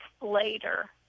later